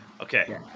Okay